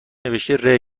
نوشته